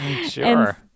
Sure